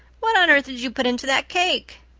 what on earth did you put into that cake?